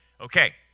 okay